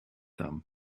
them